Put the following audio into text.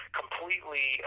completely